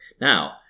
Now